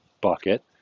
bucket